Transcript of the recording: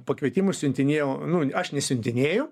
pakvietimus siuntinėjau nu aš nesiuntinėjau